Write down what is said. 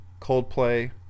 Coldplay